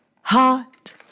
heart